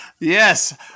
Yes